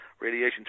radiation